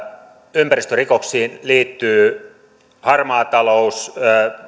ympäristörikoksiin liittyy harmaa talous